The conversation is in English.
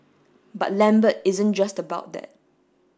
but Lambert isn't just about that